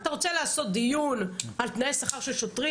אתה רוצה לעשות דיון על תנאי שכר של שוטרים?